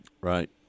Right